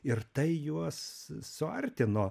ir tai juos suartino